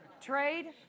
trade